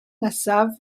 nesaf